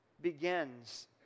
begins